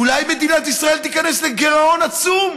אולי מדינת ישראל תיכנס לגירעון עצום?